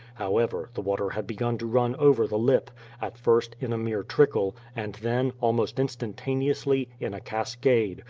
however, the water had begun to run over the lip at first, in a mere trickle, and then, almost instantaneously, in a cascade,